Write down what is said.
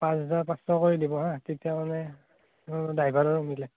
পাঁচ হাজাৰ পাঁচশ কৰি দিব হা তেতিয়াহ'লে আৰু ড্ৰাইভাৰৰো মিলে